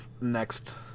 next